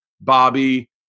Bobby